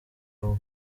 bumwe